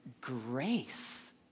grace